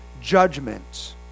judgment